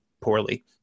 poorly